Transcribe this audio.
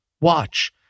watch